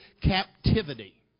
captivity